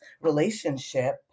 relationship